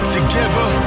Together